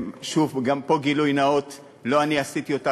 ושוב, גם פה גילוי נאות, לא אני עשיתי אותה.